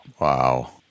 Wow